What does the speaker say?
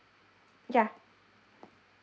yeah